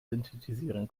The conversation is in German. synthetisieren